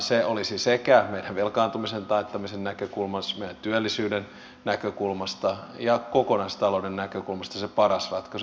se olisi meidän velkaantumisemme taittamisen näkökulmasta meidän työllisyytemme näkökulmasta ja kokonaistalouden näkökulmasta se paras ratkaisu